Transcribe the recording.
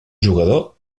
jugador